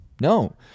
no